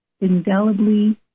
indelibly